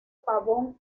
pavón